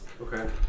Okay